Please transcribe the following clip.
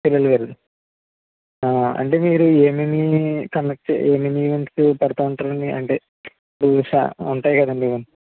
చెల్లెలిగారు అంటే మీరు ఏమేమి కండ ఏమేమి ఈవెంట్స్ పెడతూ ఉంటారండి అంటే ఇప్పుడు ఉంటాయి కదండి